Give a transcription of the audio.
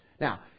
Now